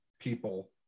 people